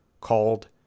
called